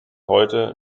heute